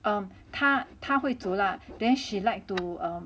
err 他他会煮啦 then she like to